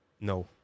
No